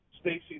Stacey